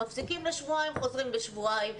מפסיקים לשבועיים - חוזרים לשבועיים.